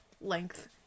length